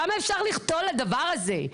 כמה אפשר לחטוא לדבר הזה?